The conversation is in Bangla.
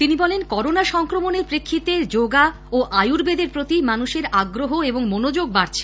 তিনি বলেন করোনা সংক্রমণের প্রেক্ষিতে যোগা এবং আয়ুর্বেদের প্রতি মানুষের আগ্রহ ও মনোযোগ বাড়ছে